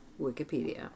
Wikipedia